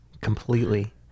completely